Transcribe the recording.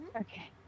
Okay